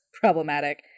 problematic